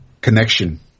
connection